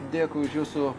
dėkui už jūsų